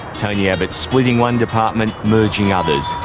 tony abbott's splitting one department, merging others.